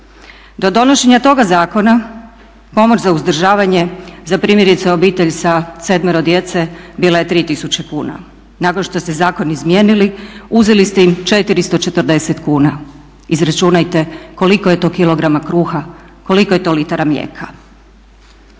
Do donošenja toga zakona pomoć za uzdržavanje za primjerice obitelj sa sedmero djece bila je 3000 kuna. Nakon što ste zakon izmijenili uzeli ste im 440 kuna. Izračunajte koliko je to kilograma kruha, koliko je to litara mlijeka.